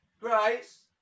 Grace